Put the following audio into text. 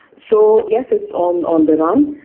so yes, it's on on the run.